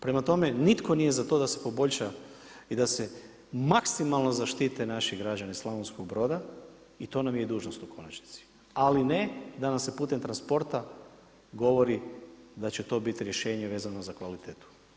Prema tome, nitko nije za to da se poboljša i da se maksimalno zaštitite naši građani Slavonskog Broda i to nam je i dužnost u konačnici, ali ne da nam se putem transporta govori da će to biti rješenje vezno za kvalitetu.